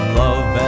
love